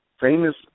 famous